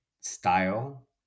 style